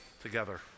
together